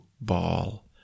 ball